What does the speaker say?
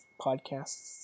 podcasts